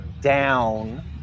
down